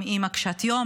עם אימא קשת-יום.